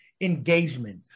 engagement